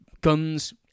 guns